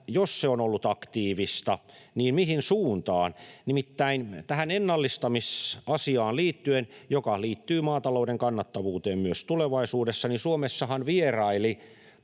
jos se on ollut aktiivista, niin mihin suuntaan? Nimittäin liittyen tähän ennallistamisasiaan, joka liittyy maatalouden kannattavuuteen myös tulevaisuudessa, Suomessahan vieraili